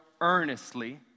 earnestly